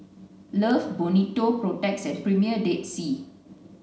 love Bonito Protex and Premier Dead Sea